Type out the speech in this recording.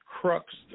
crux